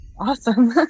Awesome